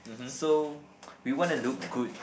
so we wanna look good